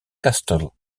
castle